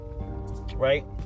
right